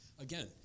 Again